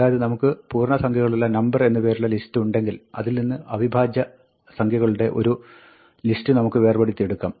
അതായത് നമുക്ക് പൂർണ്ണസംഖ്യകളുള്ള number എന്ന് പേരുള്ള list ഉണ്ടെങ്കിൽ അതിൽ നിന്ന് അവിഭാജ്യസംഖ്യകളുടെ ഒരു ലിസ്റ്റ് നമുക്ക് വേർപെടുത്തി എടുക്കാം